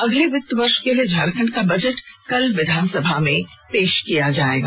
अगले वित्तीय वर्ष के लिए झारखंड का बजट कल विधानसभा में पेश किया जाएगा